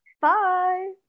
Bye